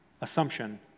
Assumption